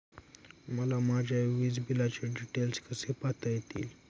मला माझ्या वीजबिलाचे डिटेल्स कसे पाहता येतील?